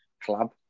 Club